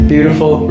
Beautiful